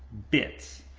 bits,